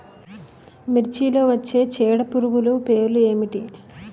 మిర్చిలో వచ్చే చీడపురుగులు పేర్లు ఏమిటి?